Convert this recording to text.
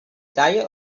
diet